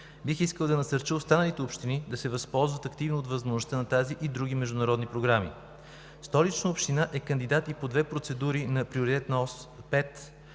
Бих искал да насърча останалите общини да се възползват активно от възможността на тази и други международни програми. Столична община е кандидат и по две процедури на Приоритетна ос 5